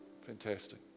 Fantastic